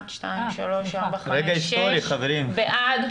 שישה בעד.